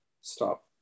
stop